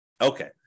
okay